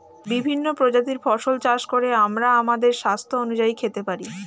বিভিন্ন প্রজাতির ফসল চাষ করে আমরা আমাদের স্বাস্থ্য অনুযায়ী খেতে পারি